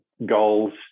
goals